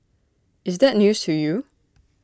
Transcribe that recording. is that news to you